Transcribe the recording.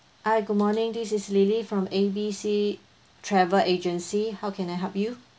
hi good morning this is lily from A B C travel agency how can I help you